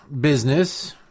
Business